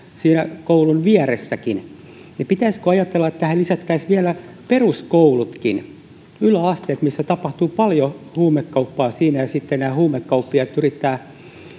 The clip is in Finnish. siinä koulun vieressäkin niin pitäisikö ajatella että tähän lisättäisiin vielä peruskoulutkin yläasteet missä tapahtuu paljon huumekauppaa ja huumekauppiaat yrittävät